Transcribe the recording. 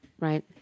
right